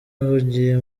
ahugiye